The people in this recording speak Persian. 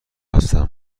هستم